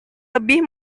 lebih